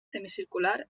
semicircular